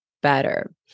better